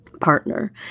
partner